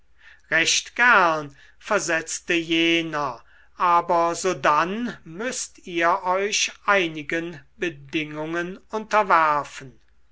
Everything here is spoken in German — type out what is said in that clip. recht gern versetzte jener aber sodann müßt ihr euch einigen bedingungen unterwerfen